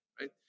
right